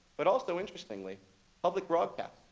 but also interestingly public broadcast.